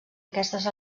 aquestes